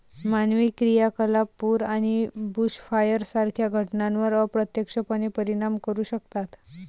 मानवी क्रियाकलाप पूर आणि बुशफायर सारख्या घटनांवर अप्रत्यक्षपणे परिणाम करू शकतात